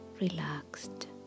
relaxed